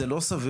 וזה לא סביר.